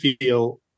feel